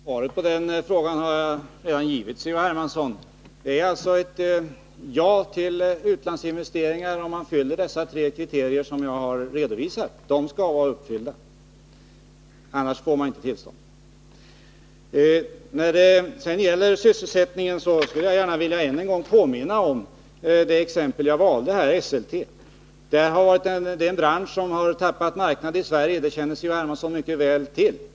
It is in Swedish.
Herr talman! Svaret på frågan har jag redan gett Carl-Henrik Hermansson. Det är ett ja till utlandsinvesteringar, om man fyller de tre kriterier som jag har redovisat. De skall vara uppfyllda, annars får man inte tillstånd. När det sedan gäller sysselsättningen skulle jag gärna vilja påminna än en gång om det exempel jag valde här, Esselte. Det är en bransch som har tappat marknadsandelar i Sverige, det känner Carl-Henrik Hermansson mycket väl till.